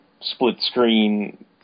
split-screen